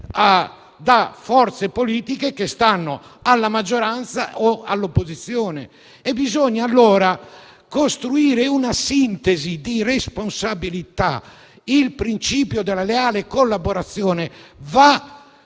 da forze politiche che qui stanno sia alla maggioranza che all'opposizione. Bisogna, allora, costruire una sintesi di responsabilità; il principio della leale collaborazione va